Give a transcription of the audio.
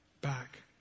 back